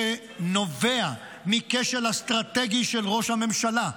שנובע מכשל אסטרטגי של ראש הממשלה,